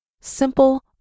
Simple